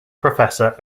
professor